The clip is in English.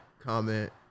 comment